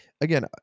Again